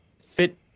Fit